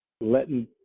letting